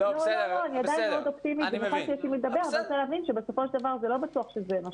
אבל צריך להבין שבסופו של דבר זה לא בטוח מה שיקרה.